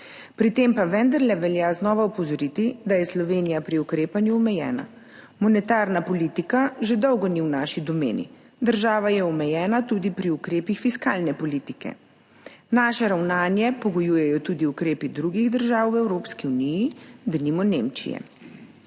Pri tem pa vendarle velja znova opozoriti, da je Slovenija pri ukrepanju omejena. Monetarna politika že dolgo ni v naši domeni. Država je omejena tudi pri ukrepih fiskalne politike. Naše ravnanje pogojujejo tudi ukrepi drugih držav v Evropski uniji, denimo Nemčije.